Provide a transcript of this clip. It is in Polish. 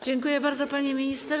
Dziękuję bardzo, pani minister.